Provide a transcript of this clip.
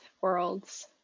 worlds